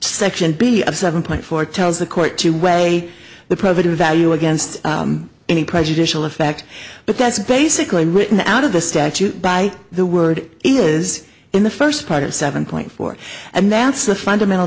section b of seven point four tells the court to weigh the privateer value against any prejudicial effect but that's basically written out of the statute by the word it is in the first part of seven point four and that's the fundamental